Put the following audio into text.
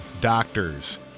doctors